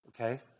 Okay